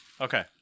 Okay